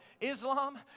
Islam